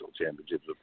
championships